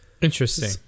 Interesting